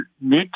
need